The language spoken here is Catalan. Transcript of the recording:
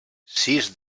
sis